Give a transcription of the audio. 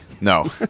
No